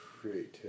creativity